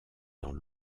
dans